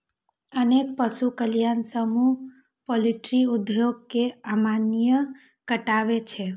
अनेक पशु कल्याण समूह पॉल्ट्री उद्योग कें अमानवीय बताबै छै